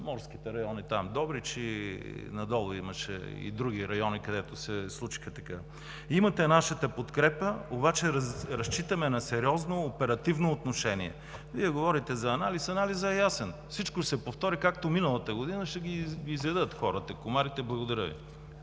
морските райони – Добрич и надолу, имаше и други райони, където се случи така. Имате нашата подкрепа, обаче разчитаме на сериозно, оперативно отношение. Вие говорите за анализ. Анализът е ясен – всичко ще се повтори както миналата година – ще ги изядат хората комарите. Благодаря Ви.